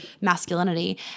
masculinity